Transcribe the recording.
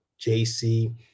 JC